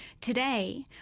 Today